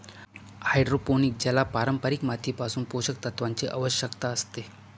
hydroponic ज्याला पारंपारिक मातीपासून पोषक तत्वांची आवश्यकता असते